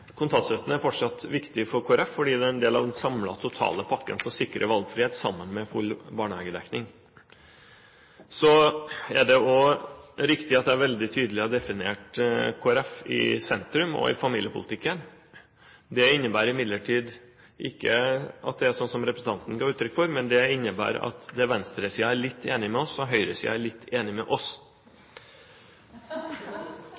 Kontantstøtten er fortsatt viktig for Kristelig Folkeparti fordi den er en del av den samlede, totale pakken som sikrer valgfrihet, sammen med full barnehagedekning. Det er riktig at jeg veldig tydelig har definert Kristelig Folkeparti i sentrum, også i familiepolitikken. Det innebærer imidlertid ikke at det er slik som representanten ga uttrykk for, men det innebærer at venstresiden er litt enig med oss, og høyresiden er litt enig med oss.